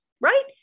right